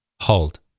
hold